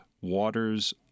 waters